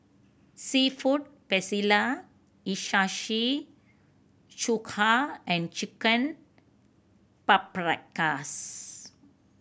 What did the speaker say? Seafood Paella Hiyashi Chuka and Chicken Paprikas